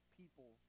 people